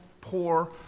poor